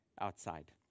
outside